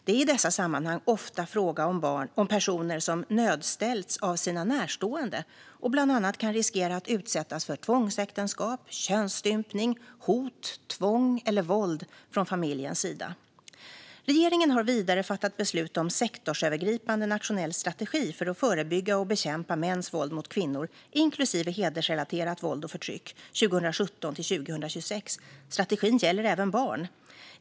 Det är i dessa sammanhang ofta fråga om personer som nödställts av sina närstående och bland annat kan riskera att utsättas för tvångsäktenskap, könsstympning, hot, tvång eller våld från familjens sida. Regeringen har vidare fattat beslut om en sektorsövergripande nationell strategi för att förebygga och bekämpa mäns våld mot kvinnor inklusive hedersrelaterat våld och förtryck 2017-2026. Strategin gäller även barn.